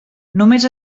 només